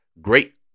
great